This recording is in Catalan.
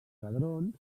hadrons